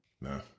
No